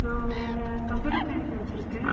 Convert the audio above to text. நான் வேறு computer science முடிச்சுருக்கேன்